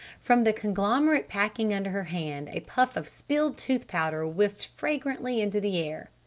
from the conglomerate packing under her hand a puff of spilled tooth-powder whiffed fragrantly into the air.